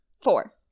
Four